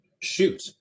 shoot